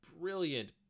brilliant